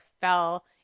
fell